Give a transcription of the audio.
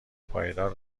پایدار